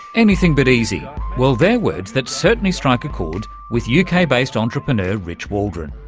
anything but easy well, they're words that certainly strike a chord with uk-based entrepreneur rich waldron.